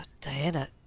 Diana